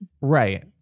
right